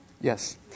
Yes